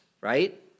right